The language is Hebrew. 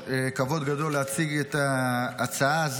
כבוד גדול להציג את ההצעה הזאת,